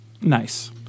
Nice